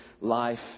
life